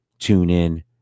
TuneIn